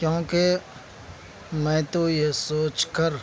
کیونکہ میں تو یہ سوچ کر